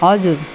हजुर